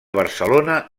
barcelona